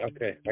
Okay